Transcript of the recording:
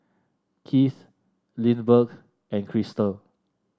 Kieth Lindbergh and Krystle